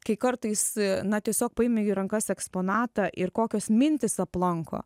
kai kartais na tiesiog paimi į rankas eksponatą ir kokios mintys aplanko